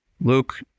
Luke